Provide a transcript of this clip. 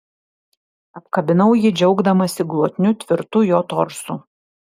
apkabinau jį džiaugdamasi glotniu tvirtu jo torsu